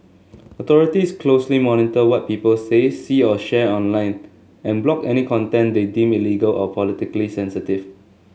authorities closely monitor what people say see or share online and block any content they deem illegal or politically sensitive